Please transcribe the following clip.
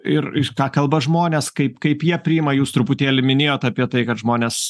ir iš ką kalba žmonės kaip kaip jie priima jūs truputėlį minėjot apie tai kad žmonės